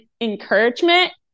encouragement